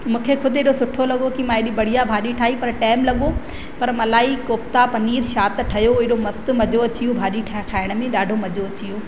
मूंखे ख़ुदि एॾो सुठो लॻो की मां एॾी बढ़िया भाॼी ठही पर टाइम लॻो पर मलाई कोफ़्ता पनीर छा त ठहियो हुयो एॾो मस्तु मज़ो अची वियो भाॼी ठाहिण में ॾाढो मज़ो अची वियो